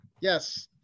Yes